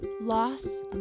loss